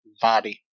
body